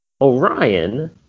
Orion